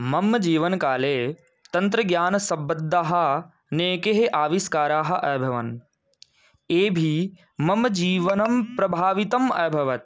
मम जीवनकाले तन्त्रज्ञानसम्बद्धाः नैके आविष्काराः अभवन् एभिः मम जीवनं प्रभावितम् अभवत्